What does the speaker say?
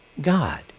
God